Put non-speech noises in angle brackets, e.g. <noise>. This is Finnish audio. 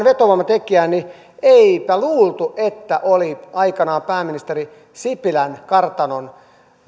<unintelligible> vetovoimatekijään niin eipä luultu että aikanaan pääministeri sipilän kartanon